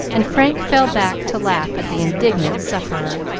and frank fell back to laugh at the indignant sufferer.